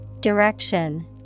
Direction